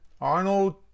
Arnold